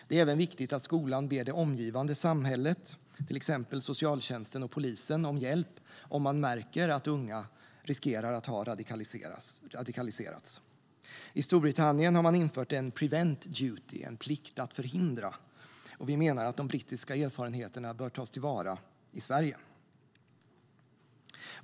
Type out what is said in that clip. Det är även viktigt att skolan ber det omgivande samhället, till exempel socialtjänsten och polisen, om hjälp om man märker att unga riskerar att radikaliseras. I Storbritannien har man infört en prevent duty, en plikt att förhindra, och vi menar att de brittiska erfarenheterna bör tas till vara i Sverige.